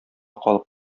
калып